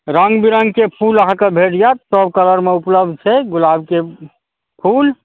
रङ्ग विरङ्गके फुल अहाँकेँ भेट जायत सब कलरमे ऊपलब्ध छै गुलाबके फुल